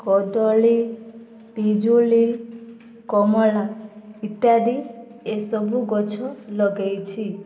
କଦଳୀ ପିଜୁଳି କମଳା ଇତ୍ୟାଦି ଏସବୁ ଗଛ ଲଗାଇଛି